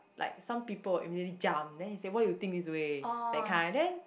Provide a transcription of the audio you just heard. like some people will immediately jump then he say why you think this way that kind then